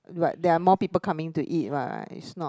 but there are more people coming to eat right it's not